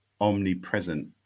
omnipresent